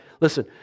Listen